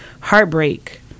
heartbreak